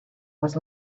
was